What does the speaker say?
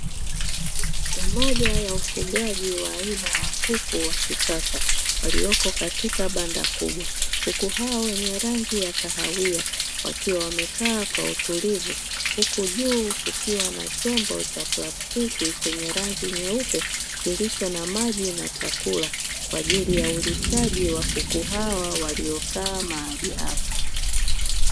Ni moja ya ufugaji wa aina ya kuku wa kisasa walioko katika banda kubwa. Kuku hao wenye rangi ya kahawia wakiwa wamekaa kwa utulivu, huku juu kukiwa na chombo cha plastiki chenye rangi nyeupe kilicho na maji na chakula kwa ajili ya ulishaji wa kuku hawa waliokaa mahali hapo.